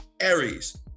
Aries